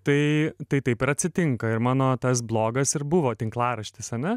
tai tai taip ir atsitinka ir mano tas blogas ir buvo tinklaraštis ane